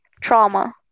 Trauma